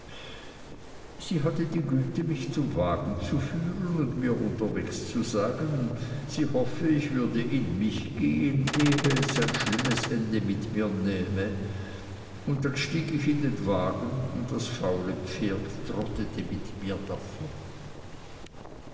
sie hatte die güte mich zum wagen zu führen und mir unterwegs zu sagen sie hoffe ich würde in mich gehen ehe es ein schlimmes ende mit mir nähme und dann stieg ich in den wagen und das faule pferd trottete mit mir davon